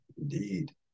indeed